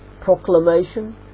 Proclamation